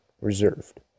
reserved